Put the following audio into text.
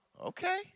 Okay